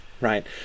Right